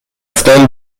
رفتن